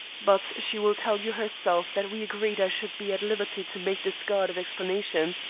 but she will tell you herself that we agreed i should be at liberty to make this guarded explanation.